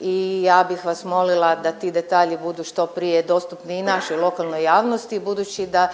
i ja bih vas molila da ti detalji budu što prije dostupni i našoj lokalnoj javnosti budući da